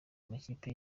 amakipe